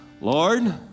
Lord